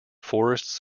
forests